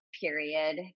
period